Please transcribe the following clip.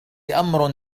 أمر